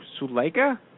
Suleika